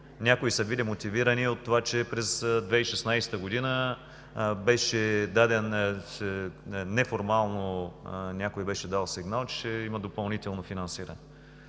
Някои са били мотивирани от това, че през 2016 г. неформално някой беше дал сигнал, че ще има допълнително финансиране.